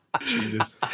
Jesus